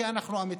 כי אנחנו אמיתיים.